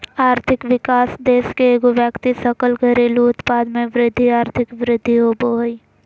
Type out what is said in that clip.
आर्थिक विकास देश के एगो व्यक्ति सकल घरेलू उत्पाद में वृद्धि आर्थिक वृद्धि होबो हइ